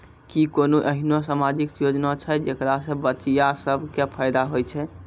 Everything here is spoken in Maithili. कि कोनो एहनो समाजिक योजना छै जेकरा से बचिया सभ के फायदा होय छै?